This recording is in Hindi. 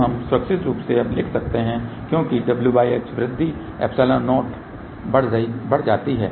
तो हम सुरक्षित रूप से अब लिख सकते हैं क्योंकि wh वृद्धि ε0 बढ़ जाती है